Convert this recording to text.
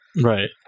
Right